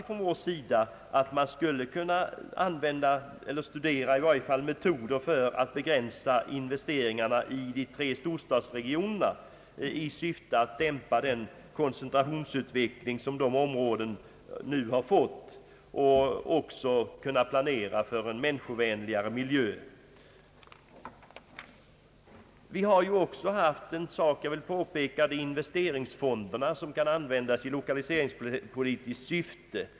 Från vår sida har anförts att man borde kunna studera metoder för att begränsa investeringarna i de tre storstadsregionerna i syfte att dämpa den koncentrationsutveckling som pågår och även planera för en människovänligare miljö. Jag vill också påpeka att investeringsfonderna kan användas i lokaliseringspolitiskt syfte.